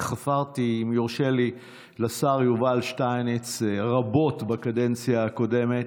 אני חפרתי לשר יובל שטייניץ רבות בקדנציה הקודמת.